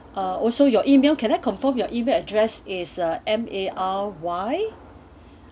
uh also your email can I confirm your email address is a M A R Y